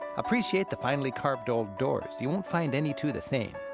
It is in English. appreciate the finely carved old doors. you won't find any two the same.